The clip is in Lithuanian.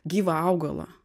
gyvą augalą